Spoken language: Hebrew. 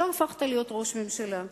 לא הפכת להיות ראש הממשלה.